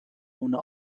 اونا